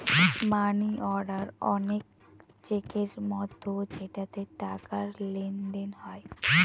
মানি order অনেক চেকের মতো যেটাতে টাকার লেনদেন হয়